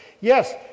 yes